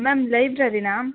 ma'am ಲೈಬ್ರರಿನಾ